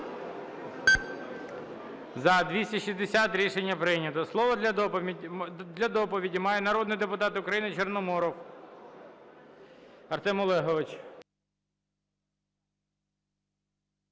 За-260 Рішення прийнято. Слово для доповіді має народний депутат України Чорноморов Артем Олегович.